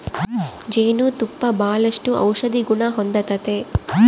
ಜೇನು ತುಪ್ಪ ಬಾಳಷ್ಟು ಔಷದಿಗುಣ ಹೊಂದತತೆ